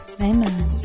Amen